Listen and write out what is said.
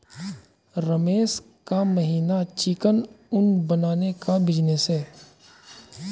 रमेश का महीन चिकना ऊन बनाने का बिजनेस है